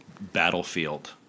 battlefield